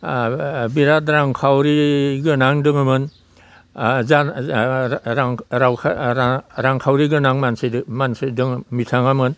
बेराद रांखावरि गोनांमोन रांखावरि गोनां मानसि मानसि दङ बिथाङामोन